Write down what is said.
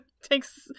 Takes